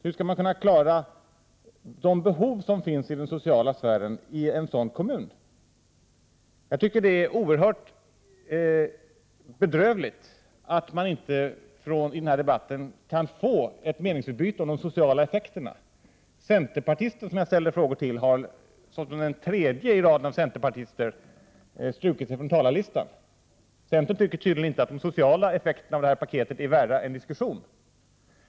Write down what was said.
Hur skall Haninge kunna klara de behov som finns i den sociala sfären i en sådan kommun? Jag tycker att det är oerhört bedrövligt att det i denna debatt inte kan bli ett meningsutbyte om de sociala effekterna. Den tredje i raden av centerpartister som jag ställde frågor till har strukit sig på talarlistan. Centern anser tydligen inte att de sociala effekterna av detta paket är värda en diskussion.